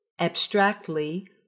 Abstractly